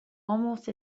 almost